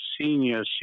senior